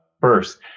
First